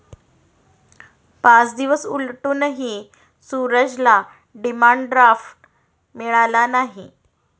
पाच दिवस उलटूनही सूरजला डिमांड ड्राफ्ट मिळाला नाही